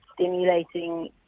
stimulating